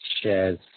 shares